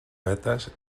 vetes